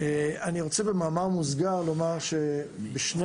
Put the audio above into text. במאמר מוסגר אני רוצה לומר שבשני